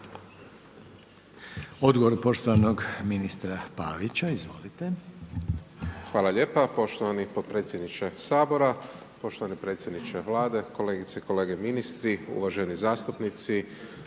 Odgovor poštovanog ministra Pavića, izvolite. **Pavić, Marko (HDZ)** Hvala lijepa poštovani potpredsjedniče sabora, poštovani predsjedniče Vlade, kolegice i kolege ministri, uvaženi zastupnici,